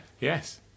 Yes